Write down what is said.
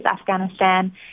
Afghanistan